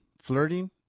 flirting